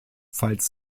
falls